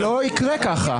זה לא יקרה ככה.